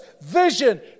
vision